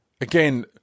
again